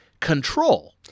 control